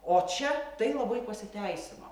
o čia tai labai pasiteisino